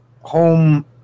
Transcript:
home